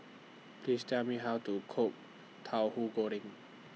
Please Tell Me How to Cook Tauhu Goreng